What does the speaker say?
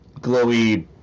glowy